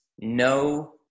no